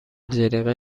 جلیقه